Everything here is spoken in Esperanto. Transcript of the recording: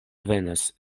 venas